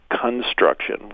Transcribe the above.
construction